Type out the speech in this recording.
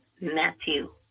Matthew